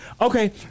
Okay